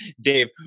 Dave